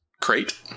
crate